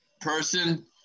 person